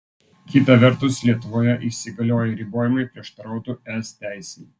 kita vertus lietuvoje įsigalioję ribojimai prieštarautų es teisei